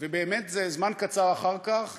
ובאמת, זמן קצר אחר כך